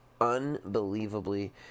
unbelievably